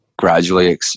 gradually